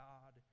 God